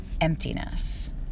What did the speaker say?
emptiness